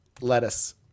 Lettuce